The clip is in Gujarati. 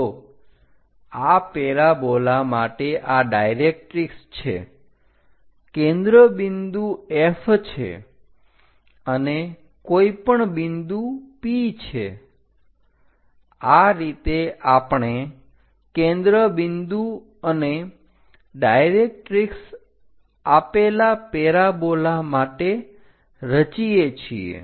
તો આ પેરાબોલા માટે આ ડાયરેકરીક્ષ છે કેન્દ્ર બિંદુ F છે અને કોઈ પણ બિંદુ P છે આ રીતે આપણે કેન્દ્ર બિંદુ અને ડાયરેક્ટરિક્ષ આપેલા પેરાબોલા માટે રચીએ છીએ